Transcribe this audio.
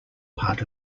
part